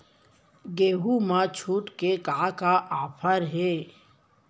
गेहूँ मा छूट के का का ऑफ़र हे?